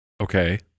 Okay